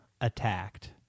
attacked